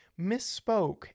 misspoke